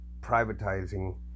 privatizing